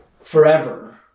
forever